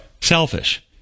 selfish